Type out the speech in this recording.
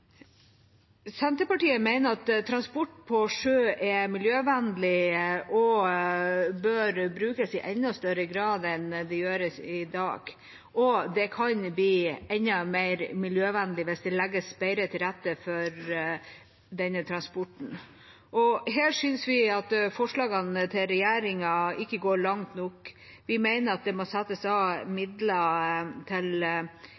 Senterpartiet mener at transport på sjø er miljøvennlig og bør brukes i enda større grad enn det gjøres i dag, og det kan bli enda mer miljøvennlig hvis det legges bedre til rette for denne transporten. Her synes vi at forslagene til regjeringspartiene ikke går langt nok. Vi mener at det må settes av midler til landstrøm og ladestrøm, og at kommunale myndigheter må ha mulighet til